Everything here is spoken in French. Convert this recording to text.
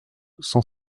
cent